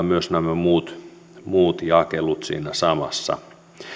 myös kilpailuttaa muut jakelut siinä samassa